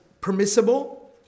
permissible